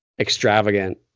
Extravagant